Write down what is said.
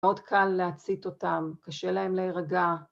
מאוד קל להצית אותם, קשה להם להירגע.